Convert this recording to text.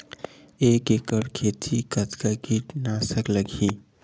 एक एकड़ खेती कतका किट नाशक लगही?